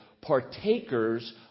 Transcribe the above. partakers